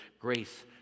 Grace